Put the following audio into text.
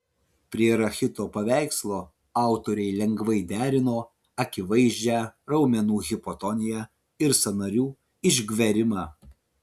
prie rachito paveikslo autoriai lengvai derino akivaizdžią raumenų hipotoniją ir sąnarių išgverimą